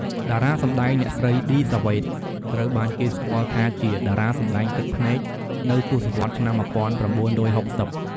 តារាសម្តែងអ្នកស្រី ឌី សាវ៉េត ត្រូវបានគេស្គាល់ថាជា "តារាសម្តែងទឹកភ្នែក" នៅទសវត្សរ៍ឆ្នាំ ១៩៦០។